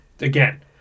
Again